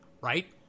right